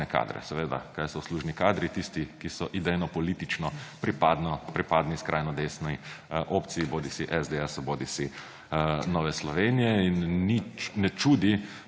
kadre. Kaj so uslužni kadri? Tisti, ki so idejno, politično pripadni skrajno desni opciji, bodisi SDS bodisi Novi Sloveniji. In nič ne čudi,